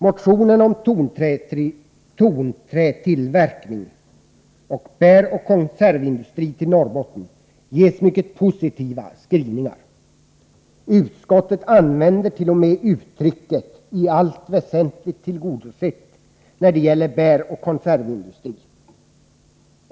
Motionerna om tonträtillverkning och bäroch konservindustri i Norrbotten ges mycket positiva skrivningar. Utskottet använder t.o.m. uttrycket ”i allt väsentligt tillgodosett” när det gäller bäroch konservindustri.